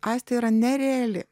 aistė yra nereali